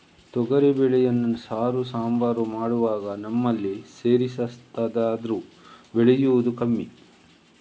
ತೊಗರಿ ಬೇಳೆಯನ್ನ ಸಾರು, ಸಾಂಬಾರು ಮಾಡುವಾಗ ನಮ್ಮಲ್ಲಿ ಸೇರಿಸ್ತಾರಾದ್ರೂ ಬೆಳೆಯುದು ಕಮ್ಮಿ